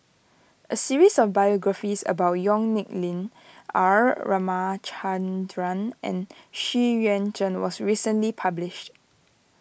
a series of biographies about Yong Nyuk Lin R Ramachandran and Xu Yuan Zhen was recently published